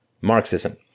Marxism